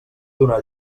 donar